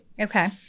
okay